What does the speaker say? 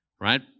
right